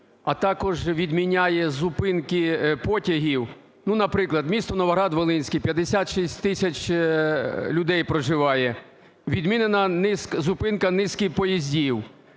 а також відміняє зупинки потягів. Ну наприклад, місто Новоград-Волинський, 56 тисяч людей проживає. Відмінена зупинка низки поїздів.